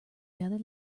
together